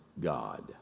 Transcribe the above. God